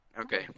Okay